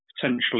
potentially